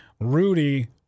Rudy